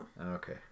Okay